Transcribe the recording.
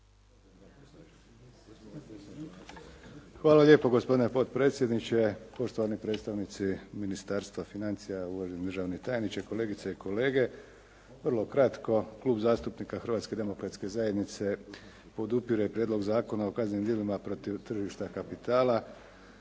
Hvala lijepo gospodine potpredsjedniče, poštovani predstavnici Ministarstva financija, uvaženi državni tajniče, kolegice i kolege. Vrlo kratko. Klub zastupnika Hrvatske demokratske zajednice podupire Prijedlog Zakona o kaznenim djelima protiv tržišta kapitala.